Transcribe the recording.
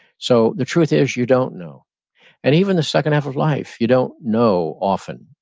so the truth is, you don't know and even a second half of life, you don't know often.